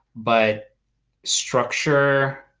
but structure,